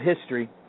history